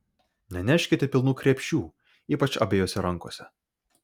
neneškite pilnų krepšių ypač abiejose rankose